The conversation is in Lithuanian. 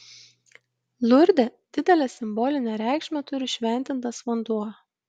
lurde didelę simbolinę reikšmę turi šventintas vanduo